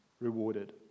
rewarded